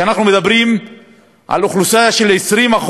אנחנו מדברים על אוכלוסייה של 20%,